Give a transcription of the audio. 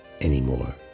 anymore